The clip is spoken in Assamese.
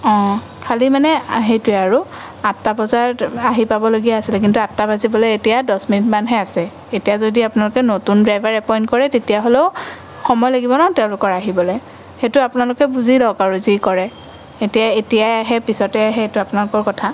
খালী মানে সেইটোৱে আৰু আঠটা বজাত আহি পাবলগীয়া আছিলে কিন্তু আঠটা বাজিবলৈ এতিয়া দহ মিনিটমানহে আছে এতিয়া যদি আপোনালোকে নতুন ড্ৰাইভাৰ এপইণ্ট কৰে তেতিয়াহ'লেও সময় লাগিব ন তেওঁলোকৰ আহিবলৈ সেইটো আপোনালোকে বুজি লওঁক আৰু যি কৰে এতিয়া এতিয়াই আহে পিছতে আহে সেইটো আপোনালোকৰ কথা